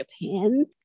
Japan